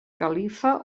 califa